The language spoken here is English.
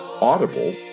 Audible